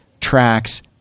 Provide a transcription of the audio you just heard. tracks